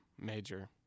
major